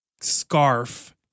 scarf